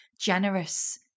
generous